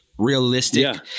Realistic